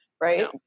right